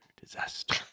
disaster